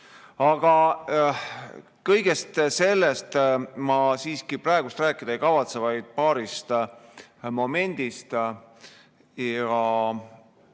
Aga kõigest sellest ma siiski praegu rääkida ei kavatse, vaid räägin paarist momendist.